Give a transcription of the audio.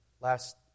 last